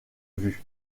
vues